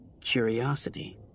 Curiosity